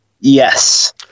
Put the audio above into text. yes